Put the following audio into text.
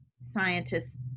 scientists